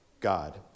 God